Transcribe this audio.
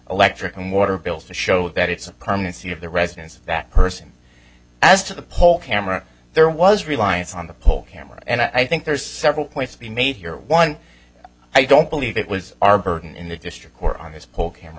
electric and water bills to show that it's permanency of the residents of that person as to the pole camera there was reliance on the poll camera and i think there's several points to be made here one i don't believe it was our burden in the district or on this poll camera